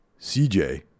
CJ